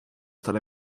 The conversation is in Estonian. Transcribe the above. talle